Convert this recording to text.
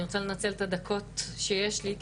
אני רציתי לנצל את הדקות שיש לי,